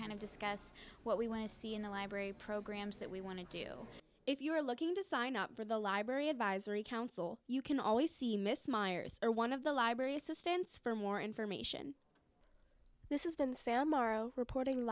kind of discuss what we want to see in the library programs that we want to do if you are looking to sign up for the library advisory council you can always see miss myers or one of the library assistance for more information this has been sam morrow reporting